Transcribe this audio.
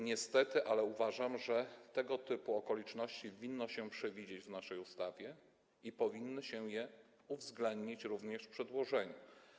Niestety uważam, że tego typu okoliczności winno się przewidzieć w naszej ustawie i powinno się je uwzględnić również w tym przedłożeniu.